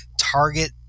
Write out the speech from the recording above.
target